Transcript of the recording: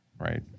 right